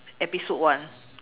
episode one